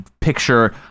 picture